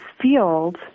field